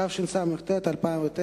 התשס"ט 2009,